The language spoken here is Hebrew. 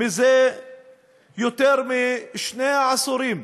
זה יותר משני עשורים.